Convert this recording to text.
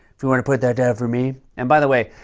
if you want to put that down for me. and by the way,